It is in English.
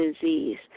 disease